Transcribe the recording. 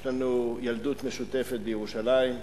יש לנו ילדות משותפת בירושלים,